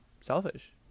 selfish